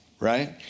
Right